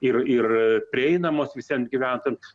ir ir prieinamos visiem gyventojam